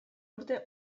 urte